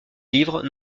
livres